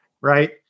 Right